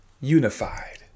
Unified